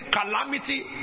Calamity